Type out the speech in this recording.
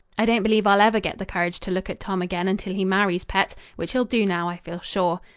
i don't believe i'll ever get the courage to look at tom again until he marries pet, which he'll do now, i feel sure.